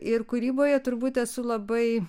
ir kūryboje turbūt esu labai